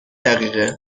دقیقه